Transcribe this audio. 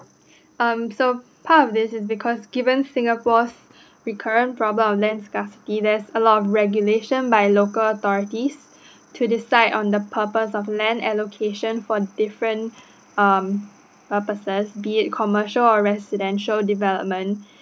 um so part of this is because given singapore's recurrent problem of land scarcity there is a lot of regulations by local authorities to decide on the purpose of land allocation from different um purposes via commercial or residential development